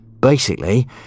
Basically